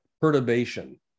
perturbation